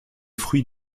fruits